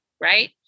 right